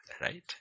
right